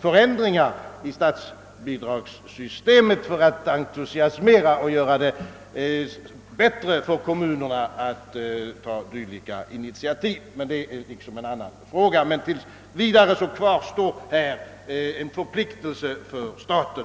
förändringar i statsbidragssystemet för att entusiasmera kommunerna och förbättra möjligheterna för dem att ta dylika initiativ. Det är emellertid en annan fråga. Tills vidare kvarstår otvivelaktigt här en förpliktelse för staten.